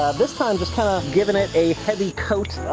this time just ah ah giving it a heavy coat, ah,